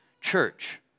church